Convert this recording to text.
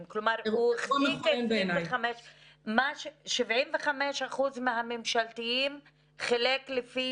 אני אתייחס רק להקשר של המסקנות הוועדה שעמדתי